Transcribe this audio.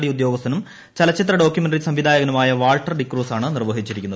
D ഉദ്യോഗ്സ്ഥനും ചലച്ചിത്ര documentary സംവിധായകനുമായ വാൾട്ടർ ഡിക്രൂസാണ് നിർവ്വഹിച്ചിരിക്കുന്നത്